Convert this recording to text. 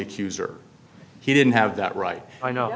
accuser he didn't have that right i know